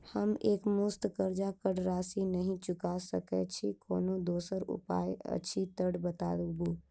हम एकमुस्त कर्जा कऽ राशि नहि चुका सकय छी, कोनो दोसर उपाय अछि तऽ बताबु?